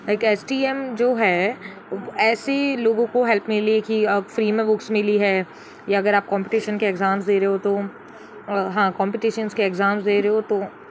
like STM जो हैं ऐसी लोगों को हेल्प मिली हैं की फ़्री में बुक्स मिली हैं या अगर आप कॉम्पटिशन के एग्ज़ाम्ज़ दे रहे हो तो हाँ कॉम्पटिशनज़ के एग्ज़ाम्ज़ दे रहे हो तो